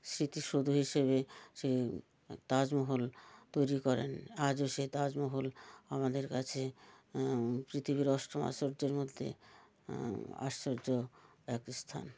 স্মৃতিসৌধ হিসেবে সে তাজমহল তৈরি করেন আজও সেই তাজমহল আমাদের কাছে পৃথিবীর অষ্টম আশ্চর্যের মধ্যে আশ্চর্য এক স্থান